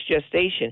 gestation